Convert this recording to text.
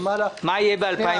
מה יהיה ב-2020?